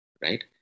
right